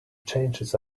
changes